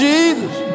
Jesus